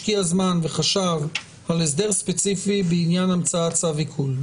השקיע זמן וחשב על הסדר ספציפי בעניין המצאת צו עיקול.